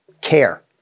care